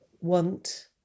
want